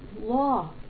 law